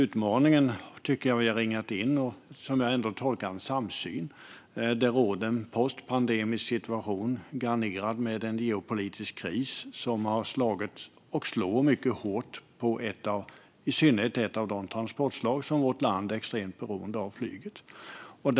Utmaningen tycker jag att vi har ringat in och, som jag tolkar det, har en samsyn om: Det råder en postpandemisk situation, garnerad med en geopolitik kris som har slagit och slår mycket hårt på i synnerhet ett av de transportslag som vårt land är extremt beroende av, nämligen flyget.